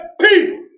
people